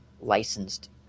licensed